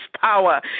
power